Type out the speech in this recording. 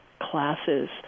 classes